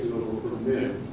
little bit